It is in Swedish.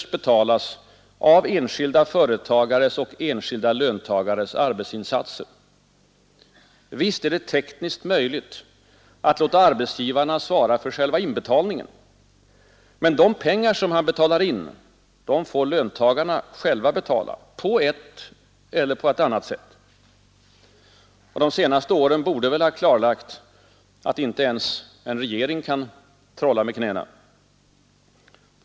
med betalas av enskilda företagares och enskilda löntagares arbe Visst är det tekniskt möjligt att låta arbetsgivaren svara för själva inbetalningen. Men de pengar som han betalar in får löntagarna själva betala på ett eller annat sätt. De senaste åren borde väl ha klarlagt att inte ens en regering kan trolla med knäna.